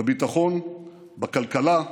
בביטחון, בכלכלה,